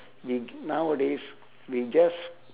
we nowadays we just